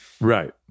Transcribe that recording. Right